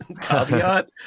caveat